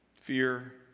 Fear